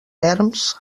erms